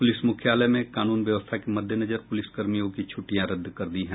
police मुख्यालय में कानून व्यवस्था के मद्देनजर पुलिस कर्मियों की छुट्टियां रद्द कर दी हैं